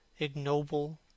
ignoble